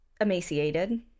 emaciated